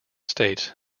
states